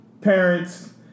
parents